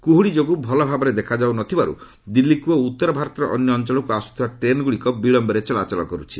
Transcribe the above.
କୁହୁଡ଼ି ଯୋଗୁଁ ଭଲଭାବରେ ଦେଖାଯାଉ ନ ଥିବାରୁ ଦିଲ୍ଲୀକୁ ଓ ଉତ୍ତର ଭାରତର ଅନ୍ୟ ଅଞ୍ଚଳକୁ ଆସୁଥିବା ଟ୍ରେନ୍ଗୁଡ଼ିକ ବିଳୟରେ ଚଳାଚଳ କରୁଛି